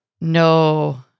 No